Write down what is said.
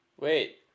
Wait